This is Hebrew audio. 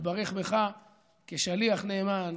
יתברך בך כשליח נאמן,